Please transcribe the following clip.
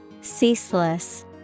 Ceaseless